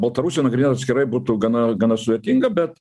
baltarusiją nagrinėt atskirai būtų gana gana sudėtinga bet